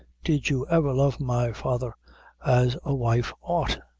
did you ever love my father as a wife ought?